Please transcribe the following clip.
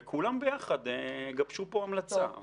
וכולם ביחד יגבשו פה המלצה.